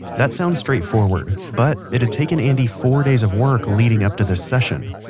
that sounds straightforward, but it had taken andy four days of work leading up to this session.